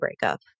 breakup